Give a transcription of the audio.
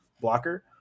blocker